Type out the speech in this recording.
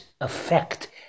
effect